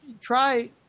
try